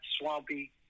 swampy